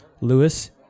Lewis